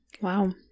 Wow